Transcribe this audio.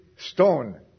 stone